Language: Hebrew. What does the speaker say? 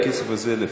הכסף הזה,